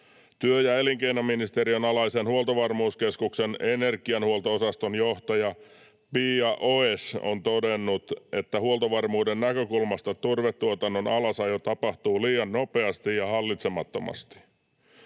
Työ‑ ja elinkeinoministeriön alaisen Huoltovarmuuskeskuksen energiahuolto-osaston johtaja Pia Oesch on todennut, että huoltovarmuuden näkökulmasta turvetuotannon alasajo tapahtuu liian nopeasti ja hallitsemattomasti.